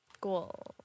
Cool